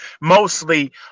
mostly